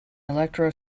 electro